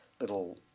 little